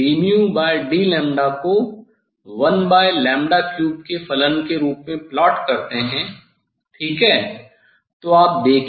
यदि आप dd को 13 के फलन के रूप में प्लॉट करते हैं ठीक है